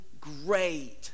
great